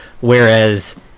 whereas